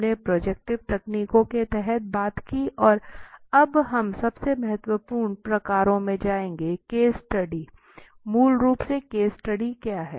हमने प्रोजेक्टिव तकनीकों के तहत बात की और अब हम सबसे महत्वपूर्ण प्रकारों में जाएंगे केस स्टडी मूल रूप से केस स्टडी क्या है